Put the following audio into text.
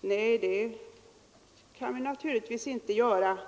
Nej, det skall vi naturligtvis inte göra.